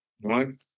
One